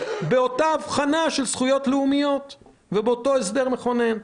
באותה אבחנה של זכויות לאומיות ובאותו הסדר מכונן.